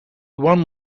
one